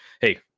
hey